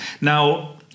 Now